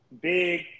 big